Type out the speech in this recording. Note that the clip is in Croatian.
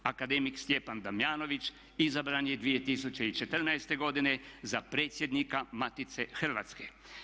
Akademik Stjepan Damjanović izabran je 2014. godine za predsjednika Matice Hrvatske.